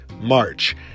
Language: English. March